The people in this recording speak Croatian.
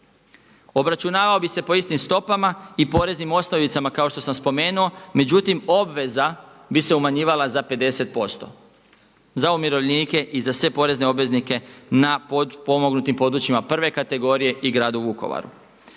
obračunavao bi se po istim stopama i poreznim osnovicama kao što sam spomenuo. Međutim, obveza bi se umanjivala za 50% za umirovljenike i za sve porezne obveznike na potpomognutim područjima prve kategorije i gradu Vukovaru.